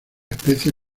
especie